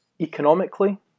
economically